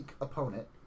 opponent